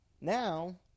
Now